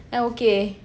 I okay